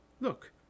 Look